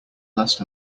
last